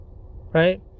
Right